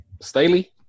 Staley